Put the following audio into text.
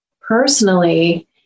personally